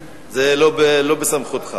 לא,